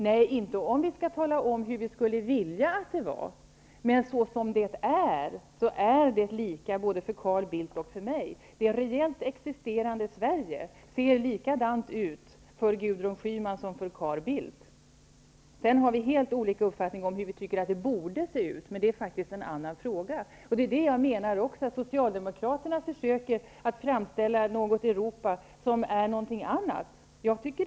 Nej, det ser inte likadant ut om det vi talar om är hur vi skulle vilja att det såg ut, men såsom det är, är det lika för både Carl Bildt och mig. Det reellt existerande Sverige ser likadant ut för Gudrun Schyman som för Carl Bildt. Sedan har vi helt olika uppfattningar om hur vi tycker att det borde se ut, men det är faktiskt en annan fråga. Jag menar att Socialdemokraterna nu försöker visa upp ett Europa som är någonting annat än vad det egentligen är.